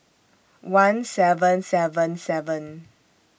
one seven seven seven